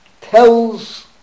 Tells